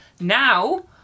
now